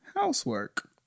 housework